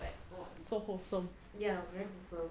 !wah! so wholesome